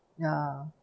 ya